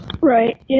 right